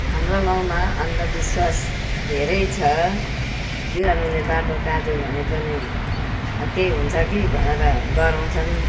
हाम्रो गाउँमा अन्धविश्वास धेरै छ बिरालोले बाटो काट्यो भने पनि अब केही हुन्छ कि भनेर डराउँछन्